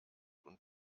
und